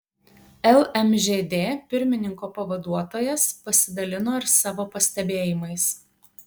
lmžd pirmininko pavaduotojas pasidalino ir savo pastebėjimais